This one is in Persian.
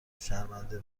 شرمنده